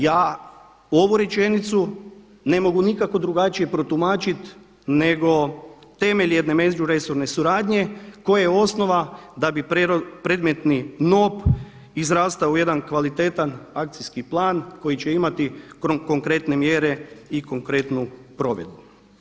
Ja ovu rečenicu ne mogu nikako protumačiti nego temelj jedne međuresorne suradnje koja je osnova da bi predmetni NOP izrastao u jedan kvalitetan akcijski plan koji će imati konkretne mjere i konkretnu provedbu.